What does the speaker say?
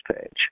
page